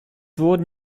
wurden